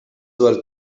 var